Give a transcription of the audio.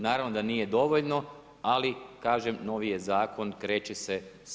Naravno da nije dovoljno, ali kažem, novi je zakon, kreće se s njim.